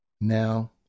Now